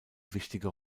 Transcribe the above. wichtige